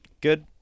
Good